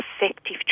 effective